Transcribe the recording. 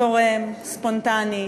זורם, ספונטני,